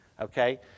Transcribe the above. Okay